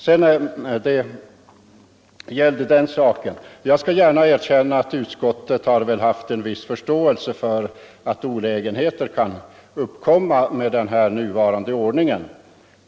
Jag skall gärna erkänna att utskottet haft en viss förståelse för att olägenheter kan uppkomma med den nuvarande ordningen.